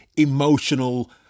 emotional